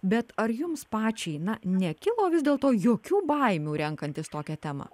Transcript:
bet ar jums pačiai na nekilo vis dėl to jokių baimių renkantis tokią temą